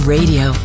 Radio